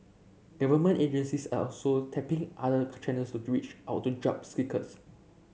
government agencies are also tapping other channels to out to job seekers